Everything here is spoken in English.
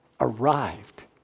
arrived